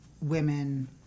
women